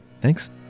Thanks